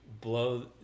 blow